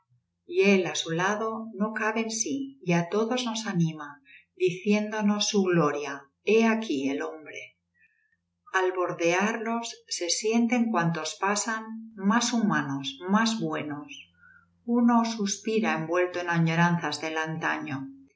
y él á su lado no cabe en si y á todos nos anima diciéndonos su gloria hé aquí el hombre al bordearlos se sienten cuantos pasan más humanos más buenos uno suspira envuelto en añoranzas del antaño